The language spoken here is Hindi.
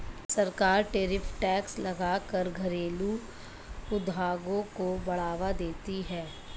सरकार टैरिफ टैक्स लगा कर घरेलु उद्योग को बढ़ावा देती है